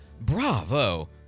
Bravo